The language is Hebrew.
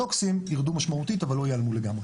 הנוקסים ירדו משמעותית אבל לא ייעלמו לגמרי.